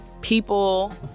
people